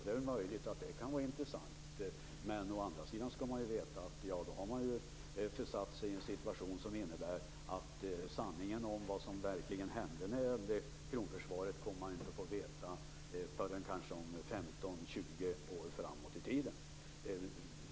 Det är möjligt att det kan vara intressant, men å andra sidan skall man veta att man då försätter sig i en situation som innebär att man kanske inte kommer att få veta sanningen om vad som verkligen hände i samband med kronförsvaret förrän om kanske 15-20 år.